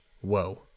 Whoa